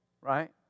right